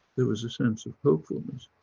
there was a sense of hopefulness,